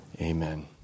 Amen